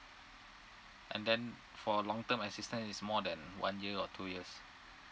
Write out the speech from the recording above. and then for long term assistance is more than one year or two years